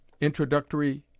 Introductory